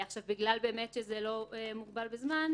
בגלל שזה לא מוגבל בזמן,